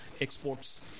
exports